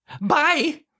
Bye